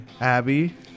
Abby